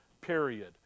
period